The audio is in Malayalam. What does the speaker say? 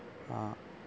ആ